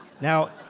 Now